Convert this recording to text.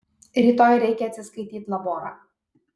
rytoj reikia atsiskaityt laborą